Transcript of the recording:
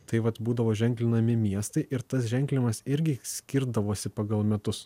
tai vat būdavo ženklinami miestai ir tas ženklinimas irgi skirdavosi pagal metus